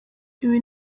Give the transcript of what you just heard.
ibi